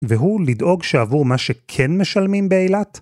והוא לדאוג שעבור מה שכן משלמים באילת